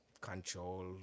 Control